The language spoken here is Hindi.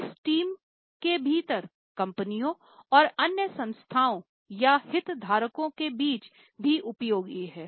इस टीम के भीतर कंपनियों और अन्य संस्थाओं या हितधारकों के बीच भी उपयोगी है